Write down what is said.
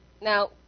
Now